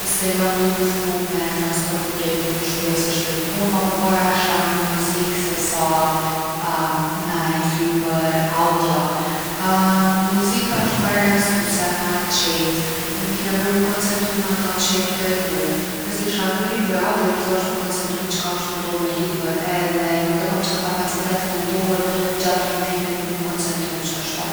Nëse jom tu udhtu me transport publik punë-shpi ose shpi-punë ma përpara kisha ngu muzikë se sa naj libër audio. muzika osht ma relaksuse, ma e qetë, nuk ki nevojë me u koncentru n’ata që je tu e ngu. Nëse kisha ngu libër audio ish dasht m’u koncentru çka osht tu ndodh me libër edhe nuk e kom qat kapacitet mendor gjatë udhtimit për mu koncentru qashtu.